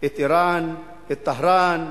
את אירן, את טהרן,